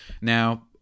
now